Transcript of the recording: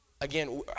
again